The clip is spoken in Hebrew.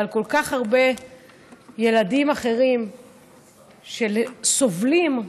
אבל על כל כך הרבה ילדים אחרים שסובלים מנכות: